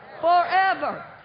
forever